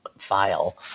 File